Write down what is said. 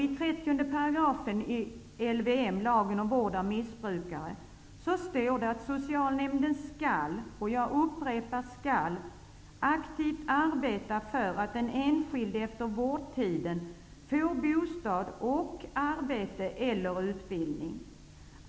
I 30 § i LVM, lagen om vård av missbrukare, står det att socialnämnden skall -- jag upprepar: skall -- aktivt verka för att den enskilde efter vårdtiden får bostad och arbete eller utbildning.